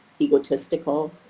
egotistical